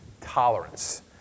tolerance